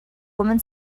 woman